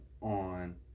on